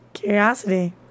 Curiosity